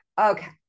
Okay